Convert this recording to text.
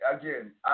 again